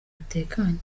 dutekanye